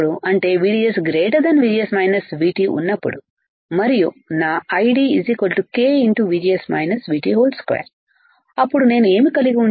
అంటే VDS VGS VT ఉన్నప్పుడు మరియు నా ID k 2 అప్పుడు నేను ఏమి కలిగి ఉంటాను